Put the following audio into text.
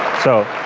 so,